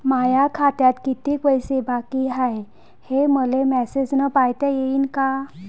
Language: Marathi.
माया खात्यात कितीक पैसे बाकी हाय, हे मले मॅसेजन पायता येईन का?